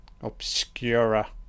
obscura